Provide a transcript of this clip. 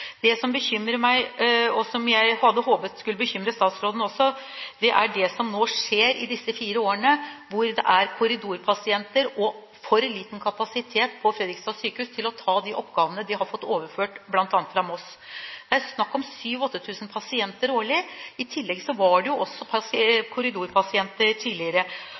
det som nå vil skje i disse fire årene, når det er korridorpasienter og for liten kapasitet på Fredrikstad sykehus til å ta de oppgavene de har fått overført bl.a. fra Moss. Det er snakk om 7 000–8 000 pasienter årlig, i tillegg var det også korridorpasienter tidligere.